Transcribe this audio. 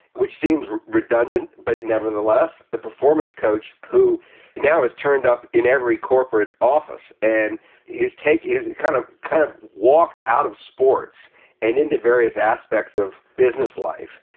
which seems redundant, but nevertheless the performance coach who now has turned up in every corporate office. and his take is kind of kind of walked out of sports and into various aspects of business life.